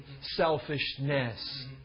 selfishness